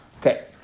Okay